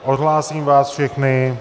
Odhlásím vás všechny.